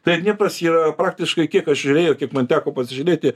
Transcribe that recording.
tai dnepras yra praktiškai kiek aš žiūrėjau kiep man teko pasižiūrėti